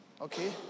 Okay